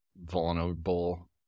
vulnerable